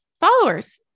followers